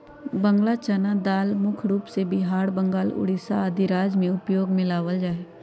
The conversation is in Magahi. बंगाल चना दाल मुख्य रूप से बिहार, बंगाल, उड़ीसा आदि राज्य में उपयोग में लावल जा हई